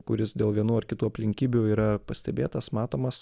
kuris dėl vienų ar kitų aplinkybių yra pastebėtas matomas